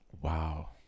Wow